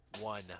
one